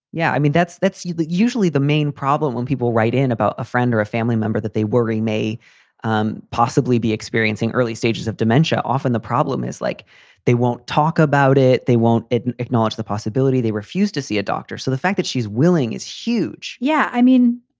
yeah. i mean, that's that's usually the main problem when people write in about a friend or a family member that they worry may um possibly be experiencing early stages of dementia. often the problem is like they won't talk about it. they won't and acknowledge the possibility they refused to see a doctor. so the fact that she's willing is huge. yeah. i mean,